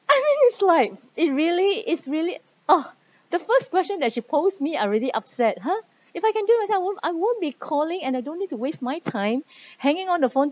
I mean it's like it really it's really ah the first question that she post me I'm already upset !huh! if I can do myself I won't I won't be calling and I don't need to waste my time hanging on the phone